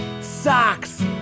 Socks